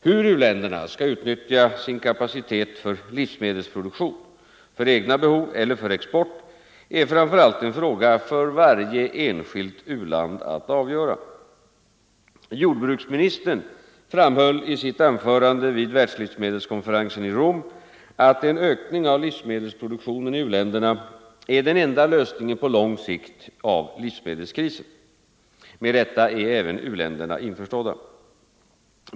Hur u-länderna skall utnyttja sin kapacitet för livsmedelsproduktion - för egna behov eller för export — är framför allt en fråga för varje enskilt u-land att avgöra. Jordbruksministern framhöll i sitt anförande vid Världslivsmedelskonferensen i Rom att en ökning av livsmedelsproduktionen i u-länderna är den enda lösningen på lång sikt av livsmedelskrisen. Med detta är även u-länderna införstådda.